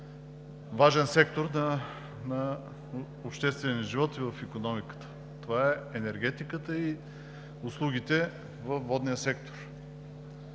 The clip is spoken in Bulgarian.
важен сектор на обществения ни живот и в икономиката – това са енергетиката и услугите във водния сектор.